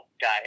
guy